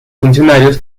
funcionarios